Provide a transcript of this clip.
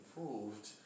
improved